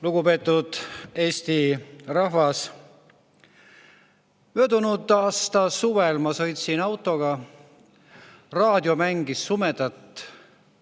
Lugupeetud Eesti rahvas! Möödunud aasta suvel ma sõitsin autoga, raadio mängis sumedalt.